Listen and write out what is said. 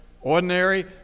ordinary